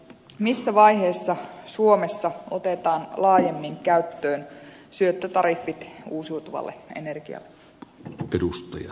missä vaiheessa suomessa otetaan laajemmin käyttöön syöttötariffit uusiutuvalle energialle